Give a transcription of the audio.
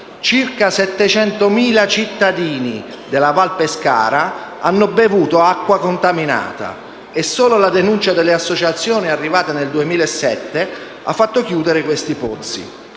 700.000 cittadini della Val Pescara hanno bevuto acqua contaminata e solo la denuncia delle associazioni presentata nel 2007 ha fatto chiudere questi pozzi.